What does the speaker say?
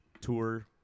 tour